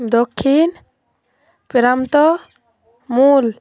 দক্ষিণ প্রাম্ত মূল